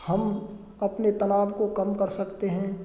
हम अपने तनाव को कम कर सकते हैं